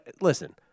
listen